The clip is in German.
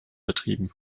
betrieben